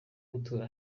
gutura